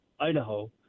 Idaho